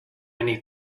need